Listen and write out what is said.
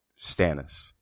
Stannis